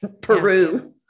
Peru